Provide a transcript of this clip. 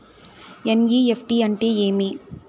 NEFT అంటే ఏమి